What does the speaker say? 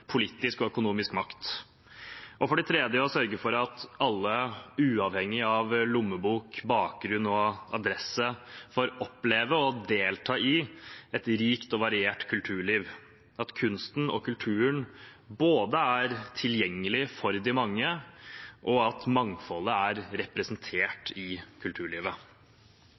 politisk og økonomisk makt – og for det tredje å sørge for at alle, uavhengig av lommebok, bakgrunn og adresse, får oppleve og delta i et rikt og variert kulturliv, at kunsten og kulturen er tilgjengelig for de mange, og at mangfoldet er representert i kulturlivet.